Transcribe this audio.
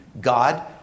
God